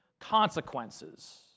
consequences